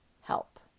help